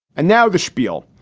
and now the spiel.